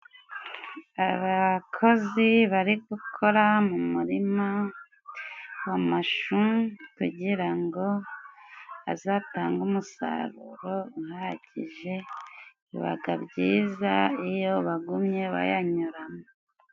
Abakozi bari gukora mu murima w'amashu kugira ngo azatange umusaruro uhagije, bibaga byiza iyo bagumye bayanyuramo.